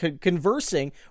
conversing